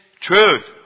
truth